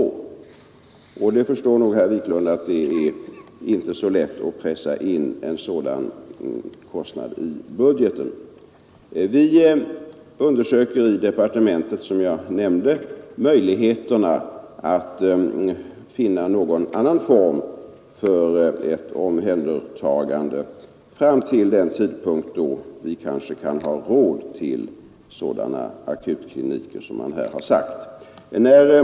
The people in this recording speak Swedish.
Herr Wiklund fö å lätt att pressa in en sådan kostnad i budgeten. Vi undersöker, som jag nämnde, i departementet möjligheterna att finna någon annan form för ett omhändertagande fram till den tidpunkt då vi kanske kan ha råd till sådana akutkliniker som här har tår nog att det inte är nämnts.